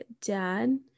dad